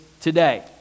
today